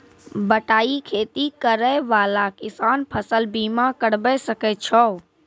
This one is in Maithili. बटाई खेती करै वाला किसान फ़सल बीमा करबै सकै छौ?